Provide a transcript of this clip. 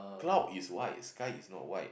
cloud is white sky is not white